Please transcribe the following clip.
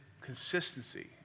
consistency